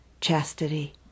chastity